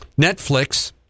Netflix